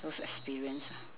those experience ah